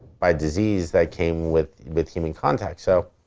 by disease that came with with human contact. so,